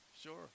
Sure